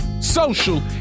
social